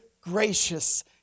gracious